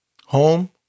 Home